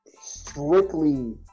strictly